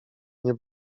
nie